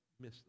miss